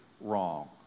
wrong